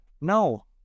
No